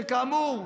שכאמור,